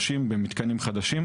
ובמתקנים חדשים.